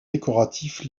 décoratifs